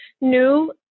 new